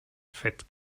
fett